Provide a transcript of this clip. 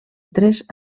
tres